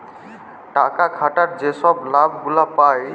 টাকা খাটায় যে ছব লাভ গুলা পায়